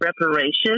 reparations